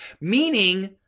Meaning